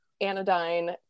anodyne